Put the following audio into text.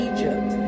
Egypt